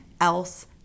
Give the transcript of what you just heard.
else